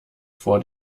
vor